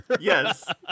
Yes